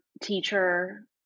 teacher